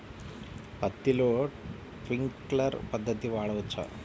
పత్తిలో ట్వింక్లర్ పద్ధతి వాడవచ్చా?